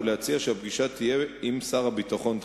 ולהציע שהפגישה תהיה תחילה עם שר הביטחון,